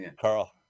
Carl